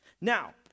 Now